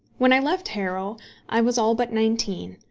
when i left harrow i was all but nineteen,